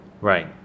Right